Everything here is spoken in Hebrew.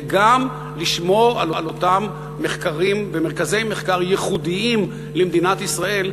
וגם לשמור על אותם מחקרים ומרכזי מחקר ייחודיים למדינת ישראל,